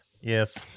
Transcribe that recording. Yes